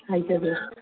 ꯍꯥꯏꯖꯒꯦ